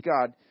God